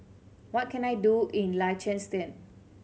what can I do in Liechtenstein